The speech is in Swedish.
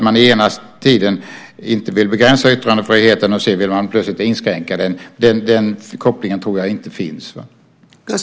Den ena stunden vill man inte begränsa yttrandefriheten, och den andra vill man plötsligt inskränka den. Den kopplingen tror jag inte finns.